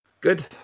Good